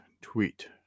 tweet